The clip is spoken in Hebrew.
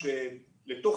שלתוך